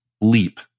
leap